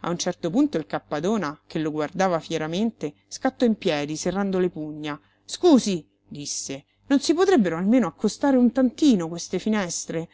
a un certo punto il cappadona che lo guardava fieramente scattò in piedi serrando le pugna scusi disse non si potrebbero almeno accostare un tantino queste finestre